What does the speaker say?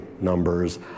numbers